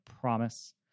promise